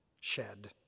shed